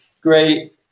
Great